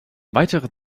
weitere